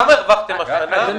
כמה הרווחתם השנה?